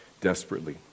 desperately